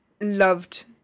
loved